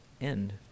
end